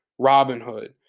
Robinhood